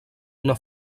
una